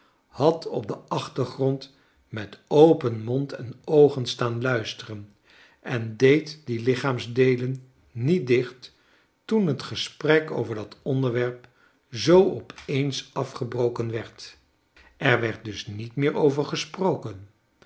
had op den achtergrond met open mond en oogen staan luisteren en deed die lichaamsdeelen niet dicht toen het gesprek over dat onderwerp zoo op eens afgebroken werd er werd dus niet meer over gesproken